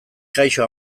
kaixo